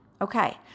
Okay